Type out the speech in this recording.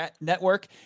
Network